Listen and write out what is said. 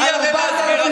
אני אעלה להסביר.